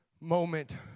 moment